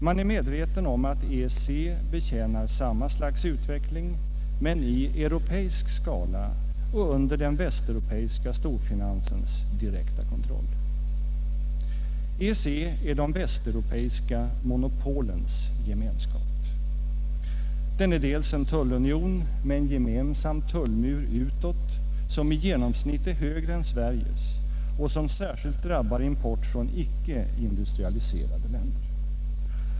Man är medveten om att EEC betjänar samma slags utveckling — men i europeisk skala och under den västeuropeiska storfinansens direkta kontroll. EEC är de västeuropeiska monopolens gemenskap. Den är en tullunion med en gemensam tullmur utåt, som i genomsnitt är högre än Sveriges och som särskilt drabbar import från icke industrialiserade länder.